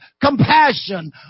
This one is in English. compassion